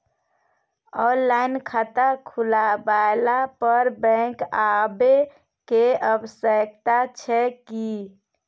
Online खाता खुलवैला पर बैंक आबै के आवश्यकता छै की?